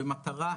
במטרה,